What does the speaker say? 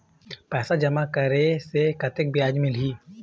पैसा जमा करे से कतेक ब्याज मिलही?